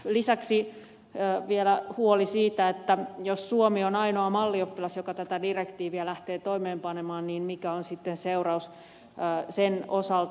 lisäksi vielä on huoli siitä jos suomi on ainoa mallioppilas joka tätä direktiiviä lähtee toimeenpanemaan niin mikä on sitten seuraus sen osalta